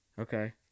okay